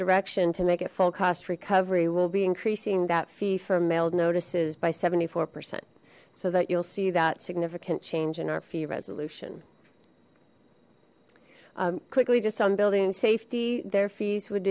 direction to make it full cost recovery will be increasing that fee from mailed notices by seventy four percent so that you'll see that significant change in our fee resolution quickly just on building and safety their fees would